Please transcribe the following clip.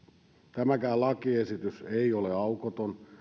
tämäkään lakiesitys ei ole aukoton